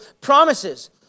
promises